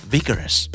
Vigorous